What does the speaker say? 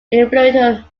influential